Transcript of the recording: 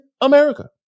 America